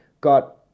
got